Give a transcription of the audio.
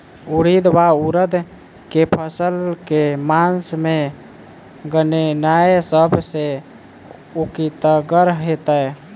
उड़ीद वा उड़द केँ फसल केँ मास मे लगेनाय सब सऽ उकीतगर हेतै?